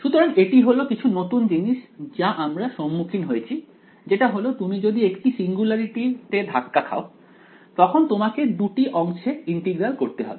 সুতরাং এটি হলো কিছু নতুন জিনিস যা আমরা সম্মুখীন হয়েছি যেটা হলো যদি তুমি একটি সিঙ্গুলারিটি তে ধাক্কা খাও তখন তোমাকে দুটি অংশে ইন্টিগ্রাল করতে হবে